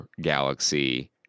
galaxy